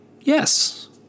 Yes